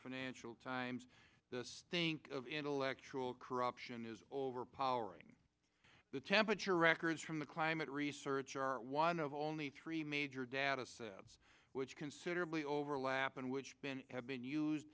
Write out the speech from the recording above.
financial times the stink of intellectual corruption is overpowering the temperature records from the climate research are one of only three major data sets which considerably overlap and which been have been used